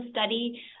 study